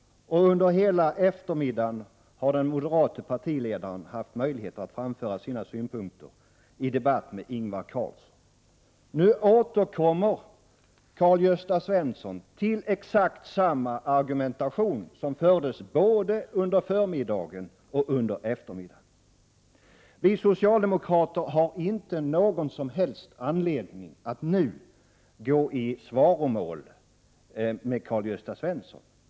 Under hela eftermiddagen har den moderate partiledaren haft möjligheter att framföra sina synpunkter i debatten med Ingvar Carlsson. Nu återkommer Karl-Gösta Svenson med exakt samma argumentation som fördes både under förmiddagen och under eftermiddagen. Vi socialdemokrater har inte någon som helst anledning att nu gå i svaromål på Karl-Gösta Svensons anförande.